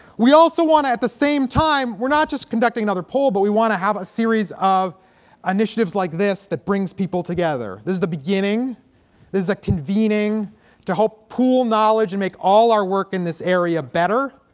we also want to at the same time we're not just conducting another poll but we want to have a series of initiatives like this that brings people together this is the beginning this is a convening to help pool knowledge and make all our work in this area better